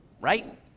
right